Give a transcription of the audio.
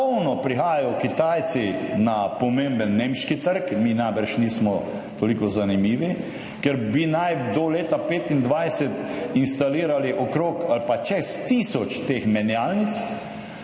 prihajajo Kitajci na polno na pomemben nemški trg, mi najbrž nismo toliko zanimivi, kjer naj bi do leta 2025 instalirali okrog ali pa čez tisoč teh menjalnic.